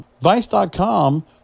Vice.com